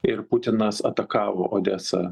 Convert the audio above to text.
ir putinas atakavo odesą